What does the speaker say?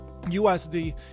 USD